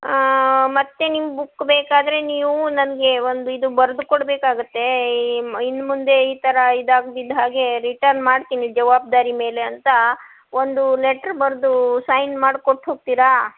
ಆ ಮತ್ತೆ ನಿಮ್ಮ ಬುಕ್ ಬೇಕಾದರೆ ನೀವು ನನಗೆ ಒಂದು ಇದು ಬರ್ದು ಕೊಡ್ಬೇಕಾಗತ್ತೆ ಈಮ್ ಇನ್ಮುಂದೆ ಈ ಥರ ಇದಾಗುದಿದ್ಹಾಗೆ ರಿಟನ್ ಮಾಡ್ತೀನಿ ಜವಾಬ್ದಾರಿ ಮೇಲೆ ಅಂತ ಒಂದು ಲೆಟ್ರ್ ಬರೆದು ಸೈನ್ ಮಾಡ್ಕೊಟ್ಟು ಹೋಗ್ತೀರಾ